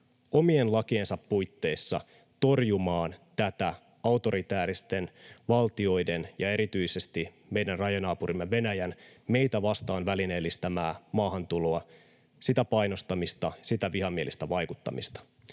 omien lakiensa puitteissa torjumaan tätä autoritääristen valtioiden ja erityisesti meidän rajanaapurimme Venäjän meitä vastaan välineellistämää maahantuloa, sitä painostamista ja sitä vihamielistä vaikuttamista.